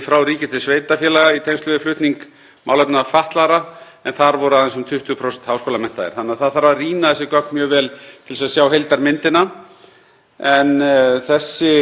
en þessi framvinda í samsetningu starfsmanna fylgdist í raun að við þá þróun sem hefur átt sér stað á Íslandi á fjölda háskólamenntaðra síðastliðinn áratug eða svo.